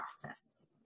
process